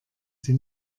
sie